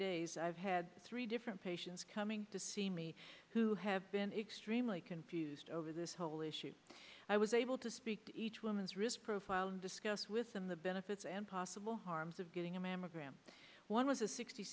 days i've had three different patients coming to see me who have been extremely confused over this whole issue i was able to speak to each woman's risk profile and discuss with them the benefits and possible harms of getting a mammogram one was a sixty